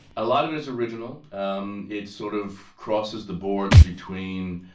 a lot of it is original. um it sort of crosses the boards between